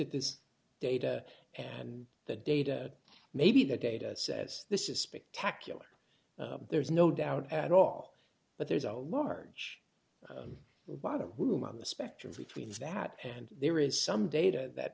at this data and the data maybe the data says this is spectacular there's no doubt at all but there's a large wahoo i'm on the spectrum between that and there is some data that